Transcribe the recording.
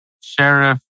Sheriff